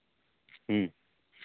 ᱦᱮᱸ